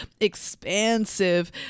expansive